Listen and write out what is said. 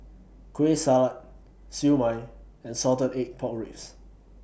Kueh Salat Siew Mai and Salted Egg Pork Ribs